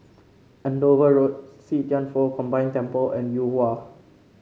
Andover Road See Thian Foh Combine Temple and Yuhua